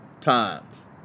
times